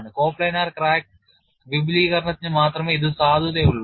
coplanar crack വിപുലീകരണത്തിന് മാത്രമേ ഇത് സാധുതയുള്ളൂ